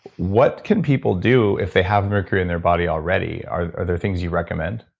what can people do if they have mercury in their body already? are are there things you recommend?